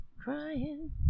crying